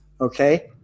okay